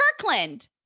Kirkland